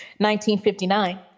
1959